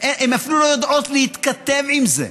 הן אפילו לא יודעות להתכתב עם זה.